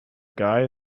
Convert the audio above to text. guy